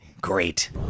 Great